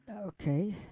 okay